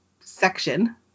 section